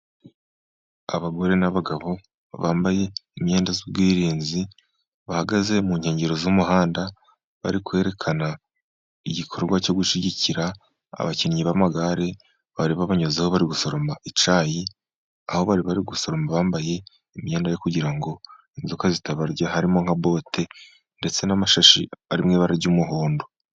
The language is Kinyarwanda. Abagore n'abagabo bambaye imyenda z'ubwirinzi, bahagaze mu nkengero z'umuhanda, bari kwerekana igikorwa cyo gushyigikira abakinnyi b'amagare, bari babanyuzeho bari gusoroma icyayi, aho bari bari gusoroma bambaye imyenda yo kugira ngo inzoka zitabarya, harimo nka bote ndetse n'amashashi ari mu ibara ry'umuhondo.